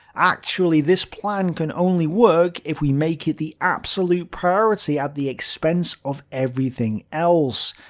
actually this plan can only work if we make it the absolute priority at the expense of everything else.